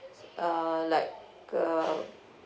uh like uh